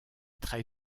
très